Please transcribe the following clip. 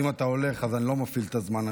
אז אני לא מפעיל את הזמן.